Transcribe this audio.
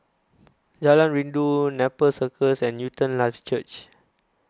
Jalan Rindu Nepal Circus and Newton Life Church